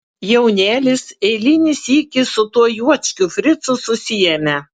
jaunėlis eilinį sykį su tuo juočkiu fricu susiėmė